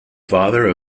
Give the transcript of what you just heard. father